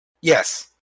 Yes